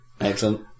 excellent